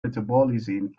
metabolism